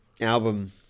album